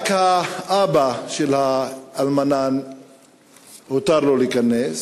רק לאבא של האלמנה הותר להיכנס.